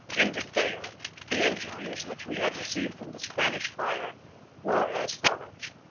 in detail the injuries which we had received from the spanish fire were as follows